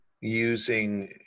using